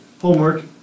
homework